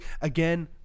again